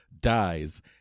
dies